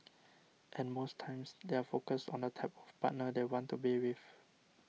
and most times they are focused on the type of partner they want to be with